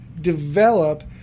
develop